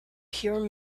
pure